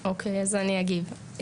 אוקיי, אז אני אגיב.